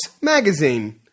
magazine